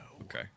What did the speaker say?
Okay